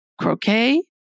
croquet